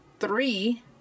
Three